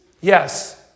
Yes